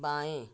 बाएँ